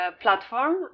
platform